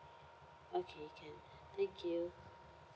okay can thank you